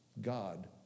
God